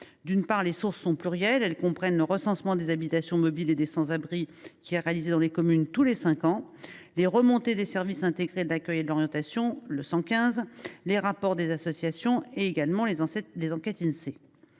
En effet, les sources sont plurielles : elles comprennent le recensement des habitations mobiles et des sans abri qui est réalisé dans les communes tous les cinq ans, les remontées des services intégrés de l’accueil et de l’orientation – le 115 –, les rapports des associations, mais également les enquêtes de